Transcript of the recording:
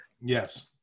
Yes